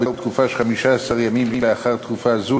ובתקופה של 15 ימים שלאחר תום תקופה זו,